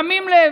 שמים לב.